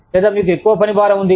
లేదా మీకు ఎక్కువ పనిభారం ఉంది